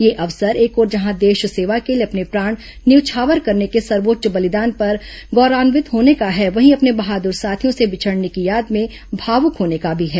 यह अवसर एक ओर जहां देश सेवा के लिए अपने प्राण न्यौछावर करने के सर्वोच्च बलिदान पर गौरवान्वित होने का है वहीं अपने बहादुर साथियों से बिछड़ने की याद में भावुक होने का भी है